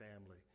family